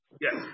Yes